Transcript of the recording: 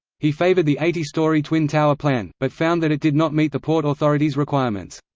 he favored the eighty story twin-tower plan, but found that it did not meet the port authority's requirements.